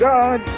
God